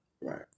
Right